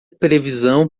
previsão